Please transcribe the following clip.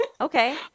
okay